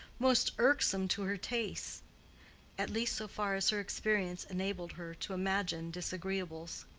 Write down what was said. most irksome to her tastes at least so far as her experience enabled her to imagine disagreeables.